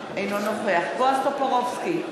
אינו נוכח בועז טופורובסקי,